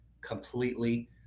completely